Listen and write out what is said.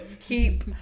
Keep